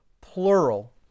plural